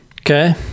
Okay